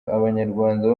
abanyarwanda